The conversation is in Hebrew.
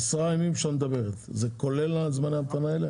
העשרה ימים שאת מדברת עליהם כוללים את זמני ההמתנה האלה